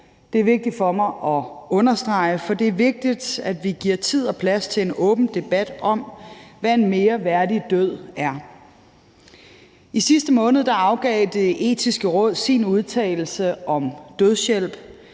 Det er vigtigt for mig at understrege, for det er vigtigt, at vi giver tid og plads til en åben debat om, hvad en mere værdig død er. I sidste måned afgav Det Etiske Råd sin udtalelse om dødshjælp.